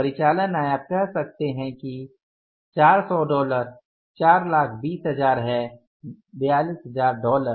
परिचालन आय आप कह सकते हैं कि 400 डॉलर 420000 है 42000 डॉलर